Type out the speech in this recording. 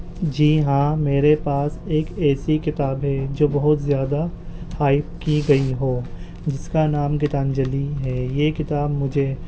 جی ہاں میرے پاس ایک ایسی کتاب ہے جو بہت زیادہ کی گئی ہو جس کا نام گیتانجلی ہے یہ کتاب مجھے